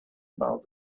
about